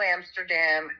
Amsterdam